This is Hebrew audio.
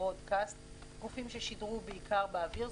Broadcast; גופים ששידרו בעיקר באוויר.